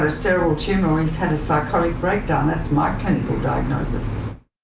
a cerebral tumor or he's had a psychotic breakdown, that's my clinical diagnosis.